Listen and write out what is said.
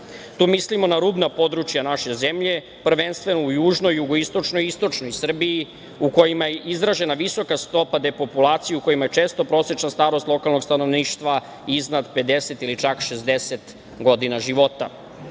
Tu mislimo na rudna područja naše zemlje, prvenstveno u južno, jugoistočnoj Srbiji, u kojima je izražena visoka stopa depopulacije, u kojima je često prosečna starost lokalnog stanovništva iznad 50 ili čak 60 godina života. Vlada